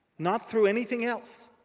not through anything else.